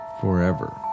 forever